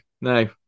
no